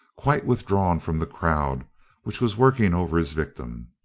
quite withdrawn from the crowd which was working over his victim.